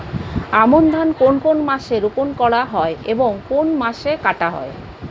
আমন ধান কোন মাসে রোপণ করা হয় এবং কোন মাসে কাটা হয়?